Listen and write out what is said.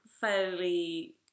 fairly